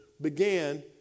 began